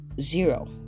zero